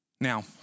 Now